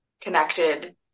connected